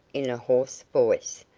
in a hoarse voice,